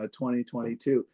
2022